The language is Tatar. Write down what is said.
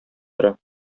тора